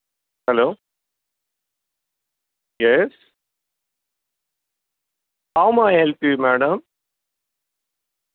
hello yes how may I help you madam